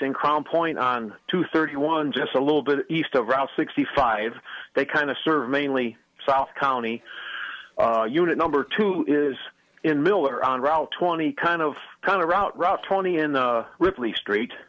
in crom point on two thirty one just a little bit east of route sixty five they kind of serve mainly south county unit number two is in miller on route twenty kind of kind of route route twenty in